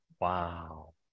Wow